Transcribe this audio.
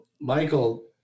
Michael